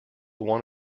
one